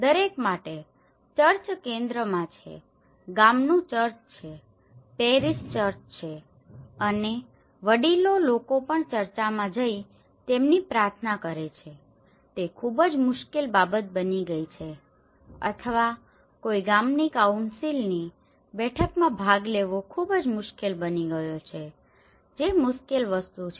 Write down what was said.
દરેક માટે ચર્ચ કેન્દ્રમાં છે ગામનું ચર્ચ છે પેરીસ ચર્ચ છે અને વડીલો લોકો પણ ચર્ચમાં જઇને તેમની પ્રાર્થના કરે છે તે ખૂબ જ મુશ્કેલ બાબત બની ગઈ છે અથવા કોઈ ગામની કાઉન્સિલની બેઠકમાં ભાગ લેવો ખૂબ જ મુશ્કેલ બની ગયો છે જે મુશ્કેલ વસ્તુ છે